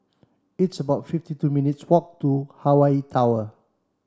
it's about fifty two minutes walk to Hawaii Tower